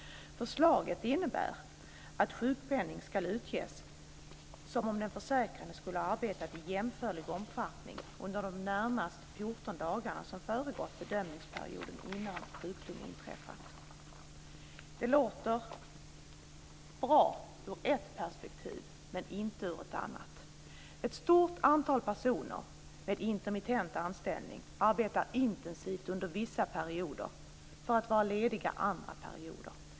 Förslaget innebär att sjukpenning ska utges som om den försäkrade skulle ha arbetat i jämförlig omfattning under de närmast fjorton dagar som föregått bedömningsperioden innan sjukdomen inträffade. Det låter bra i ett perspektiv, men inte i ett annat. Ett stort antal personer med intermittent anställning arbetar intensivt under vissa perioder för att vara lediga andra perioder.